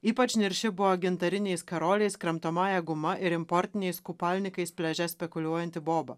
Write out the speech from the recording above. ypač nirši buvo gintariniais karoliais kramtomąja guma ir importiniais kupalnikais pliaže spekuliuojanti boba